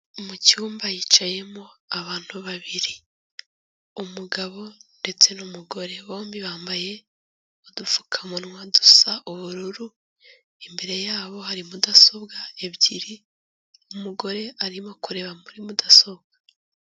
Mu cyumba hicayemo abantu babiri umugabo ndetse n'umugore bombi bambaye udupfukamunwa dusa ubururu imbere yabo hari mudasobwa ebyiri umugore arimo kureba muri mudasobwa.